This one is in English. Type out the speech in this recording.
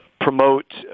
promote